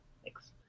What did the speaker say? Thanks